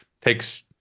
takes